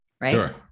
right